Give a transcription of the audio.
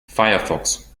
firefox